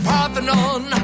Parthenon